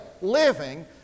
living